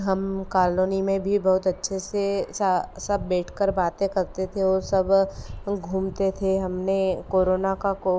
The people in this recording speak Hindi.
हम कॉलोनी में भी अच्छे से सब बैठकर बातें करते थे सब घूमते थे हमने को रो का को